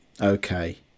Okay